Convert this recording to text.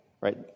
right